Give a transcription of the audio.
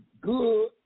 good